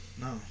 no